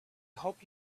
hope